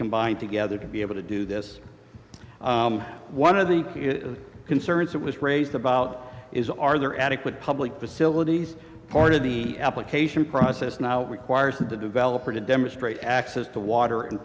combined together to be able to do this one of the concerns that was raised about is are there adequate public facilities part of the application process now requires the developer to demonstrate access to water in